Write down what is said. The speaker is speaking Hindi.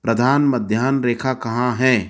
प्रधान मध्यान रेखा कहाँ है